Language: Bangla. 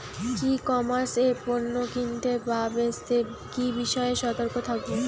ই কমার্স এ পণ্য কিনতে বা বেচতে কি বিষয়ে সতর্ক থাকব?